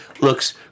looks